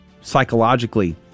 psychologically